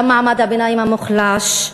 גם מעמד הביניים המוחלש,